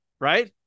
right